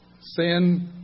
sin